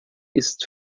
ist